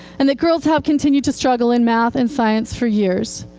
and that girls have continued to struggle in math and science for years.